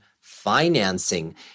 financing